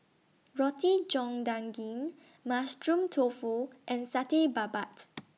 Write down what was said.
Roti John Daging Mushroom Tofu and Satay Babat